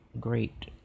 great